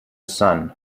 son